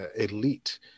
elite